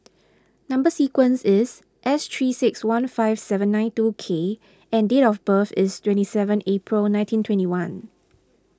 Number Sequence is S three six one five seven nine two K and date of birth is twenty seven April nineteen twenty one